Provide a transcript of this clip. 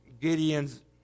Gideon's